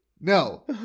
no